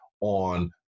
on